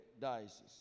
diocese